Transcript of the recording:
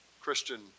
Christian